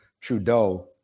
Trudeau